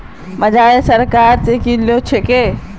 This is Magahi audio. बाजारोक सरकारेर द्वारा ही निर्देशन कियाल जा छे